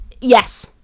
Yes